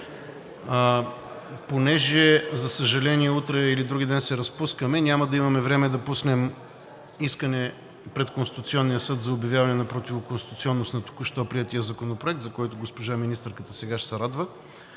Понеже, за съжаление, утре или вдругиден се разпускаме, няма да имаме време да пуснем искане пред Конституционния съд за обявяване на противоконституционност на току-що приетия Законопроект, за който госпожа министърката сега ще се радва.